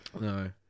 no